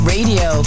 Radio